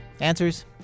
Answers